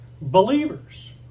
Believers